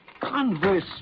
Converse